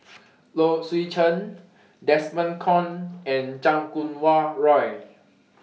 Low Swee Chen Desmond Kon and Chan Kum Wah Roy